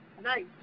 Nice